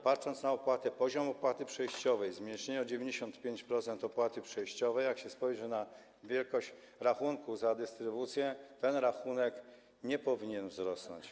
Patrząc na poziom opłaty przejściowej, zmniejszenie o 95% opłaty przejściowej, jak się spojrzy na wielkość rachunku za dystrybucję, ten rachunek nie powinien wzrosnąć.